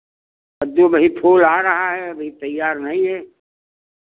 कद्दू भाई फूल आ रहा है अभी तैयार नहीं है